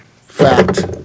fact